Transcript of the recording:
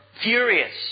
furious